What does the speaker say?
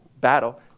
battle